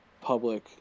public